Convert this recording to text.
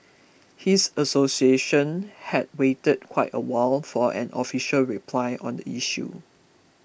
his association had waited quite a while for an official reply on the issue